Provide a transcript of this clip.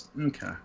Okay